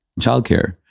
childcare